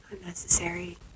unnecessary